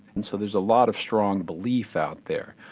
and so there's a lot of strong belief out there.